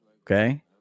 Okay